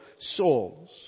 souls